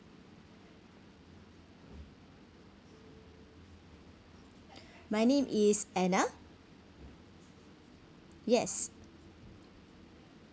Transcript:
my name is anna yes